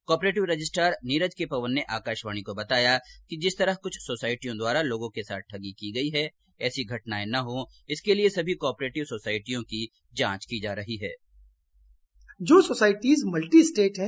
cooperative registrar Neeraj K Pawan ने आकाशवाणी को बताया कि जिस तरह कुछ सोसाइटियों द्वारा लोगों के साथ ठगी की गई है ऐसी घटनाएं न हो इसके लिए सभी कॉपरेटिव सोसाइटियों की जांच की जा रही है